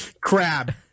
crab